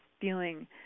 feeling